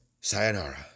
Sayonara